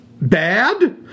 Bad